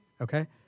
okay